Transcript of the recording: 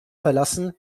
verlassen